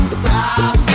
stop